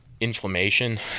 inflammation